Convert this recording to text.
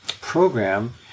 program